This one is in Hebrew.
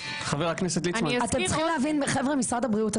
חבר'ה ממשרד הבריאות,